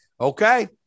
Okay